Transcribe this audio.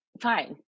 fine